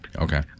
okay